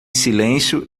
silêncio